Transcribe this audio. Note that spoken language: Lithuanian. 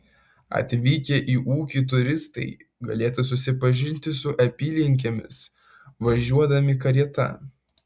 atvykę į ūkį turistai galėtų susipažinti su apylinkėmis važiuodami karieta